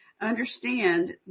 understand